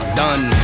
done